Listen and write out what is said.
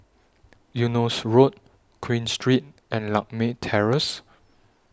Eunos Road Queen Street and Lakme Terrace